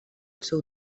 seu